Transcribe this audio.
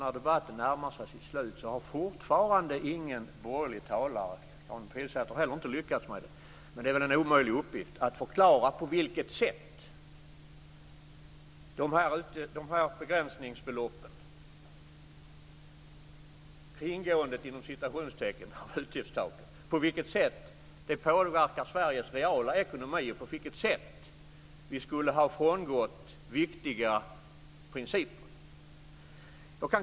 När debatten närmar sig sitt slut har fortfarande ingen borgerlig talare - Karin Pilsäter har inte heller lyckats med det; det är väl en omöjlig uppgift - kunnat förklara på vilket sätt de här begränsningsbeloppen, "kringgåendet" av utgiftstaket, påverkar Sveriges reala ekonomi och på vilket sätt vi skulle ha frångått viktiga principer.